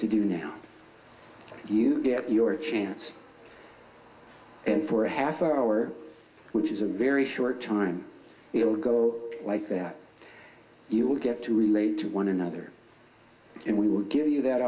to do now you get your chance and for a half hour which is a very short time it will go like that you will get to relate to one another and we will give you that